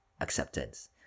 acceptance